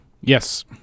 yes